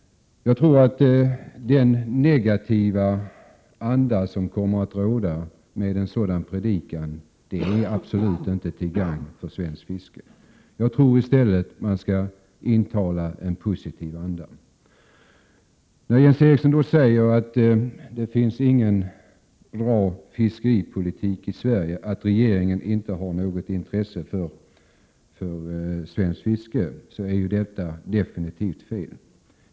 Jag tror att den negativa anda som kommer att råda med en sådan predikan inte är till gagn för svenskt fiske. Jag tror i stället att man skall ha en positiv anda. Jens Eriksson säger att det inte finns någon bra fiskeripolitik och att regeringen inte har något intresse för svenskt fiske. Det är definitivt fel.